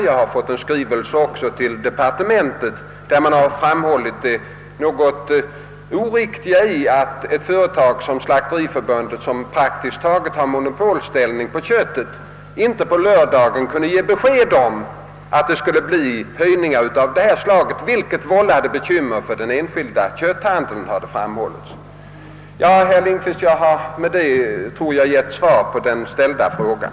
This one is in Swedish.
Vi har fått en skrivelse till departementet, i vilken man framhållit det något oriktiga i att ett företag som Slakteriförbundet, som praktiskt taget har monopolsställning, inte på lördagen kunde ge besked om att det på måndagen skulle bli prishöjningar av detta slag, vilket vållade bekymmer för den enskilda kötthandeln. Ja, herr Lindkvist, med detta tror jag att jag har besvarat den ställda frågan.